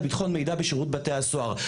לביטחון מידע בשירות בתי הסוהר,